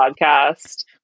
podcast